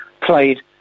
played